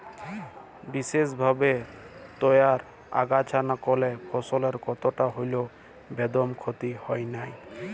বিসেসভাবে তইয়ার আগাছানাসকলে ফসলের কতকটা হল্যেও বেদম ক্ষতি হয় নাই